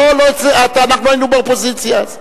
אנחנו היינו באופוזיציה אז.